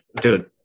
dude